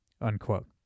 Unquote